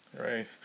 Right